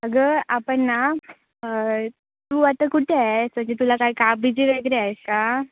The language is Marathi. अगं आपण ना तू आता कुठे आहेस म्हणजे तुला काय काम बीजी वगैरे आहे का